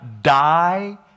die